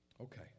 Okay